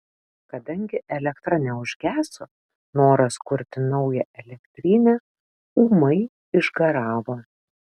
kadangi elektra neužgeso noras kurti naują elektrinę ūmai išgaravo